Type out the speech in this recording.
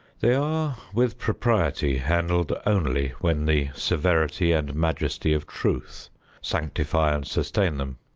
they are with propriety handled only when the severity and majesty of truth sanctify and sustain them.